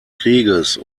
krieges